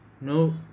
No